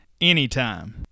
anytime